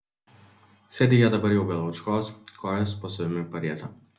sėdi jie dabar jau be laučkos kojas po savimi parietę